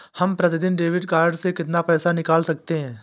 हम प्रतिदिन debit card से कितना पैसा निकाल सकते हैं?